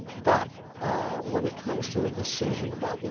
but when it comes to a decision about, yeah